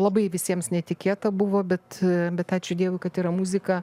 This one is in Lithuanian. labai visiems netikėta buvo bet bet ačiū dievui kad yra muzika